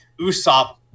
Usopp